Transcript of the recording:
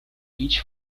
each